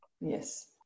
Yes